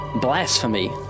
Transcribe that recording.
blasphemy